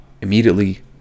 immediately